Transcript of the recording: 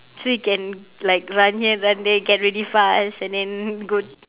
so you can like run here run there get really fast and then go